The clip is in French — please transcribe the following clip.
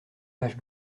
page